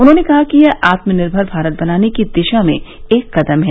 उन्होंने कहा कि यह आत्मनिर्भर भारत बनाने की दिशा में एक कदम है